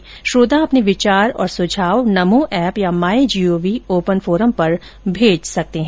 आप भी अपने विचार और सुझाव नमो ऐप या माई जीओवी ओपन फोरम पर भेज सकते हैं